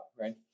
right